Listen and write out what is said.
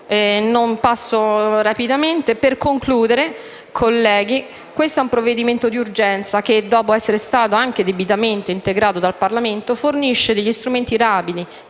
certificata. Per concludere, colleghi, questo è un provvedimento di urgenza che, dopo essere stato anche debitamente integrato dal Parlamento, fornisce degli strumenti rapidi,